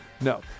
no